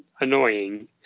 annoying